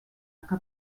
que